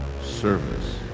service